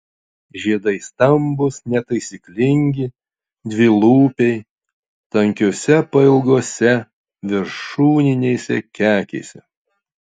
žiedai stambūs netaisyklingi dvilūpiai tankiose pailgose viršūninėse kekėse